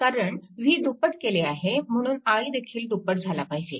कारण v दुप्पट केले आहे म्हणून i देखील दुप्पट झाला पाहिजे